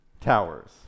towers